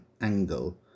angle